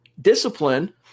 discipline